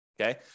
Okay